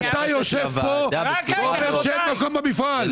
אתה יושב פה ואומר שאין מקום במפעל.